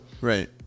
right